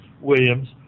Williams